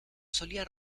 solía